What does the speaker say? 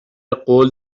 قول